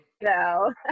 No